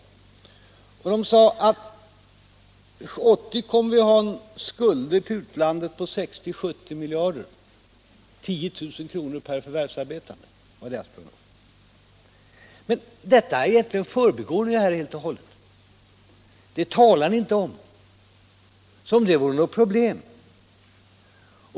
Enligt tidningens prognos skulle vi 1980 ha skulder till utlandet på 60-70 miljarder kr., dvs. 10 000 kr. per förvärvsarbetande. Men detta förbigår ni helt och hållet som om det inte vore något problem.